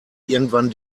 irgendwann